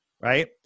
right